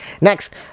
Next